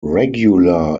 regular